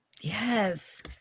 Yes